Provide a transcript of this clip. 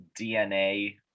dna